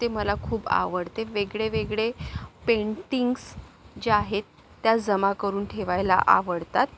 ते मला खूप आवडते वेगळे वेगळे पेंटीग्स ज्या आहेत त्या जमा करून ठेवायला आवडतात